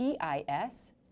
EIS